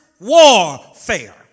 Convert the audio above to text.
warfare